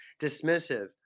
dismissive